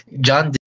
John